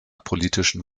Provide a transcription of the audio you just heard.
politischen